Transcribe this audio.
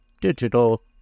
Digital